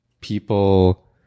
people